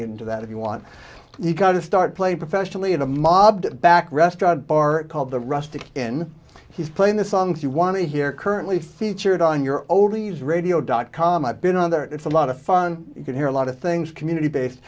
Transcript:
get into that if you want to start playing professionally in a mob back restaurant bar called the rustic in he's playing the songs you want to hear currently featured on your old leaves radio dot com i've been on there it's a lot of fun you can hear a lot of things community based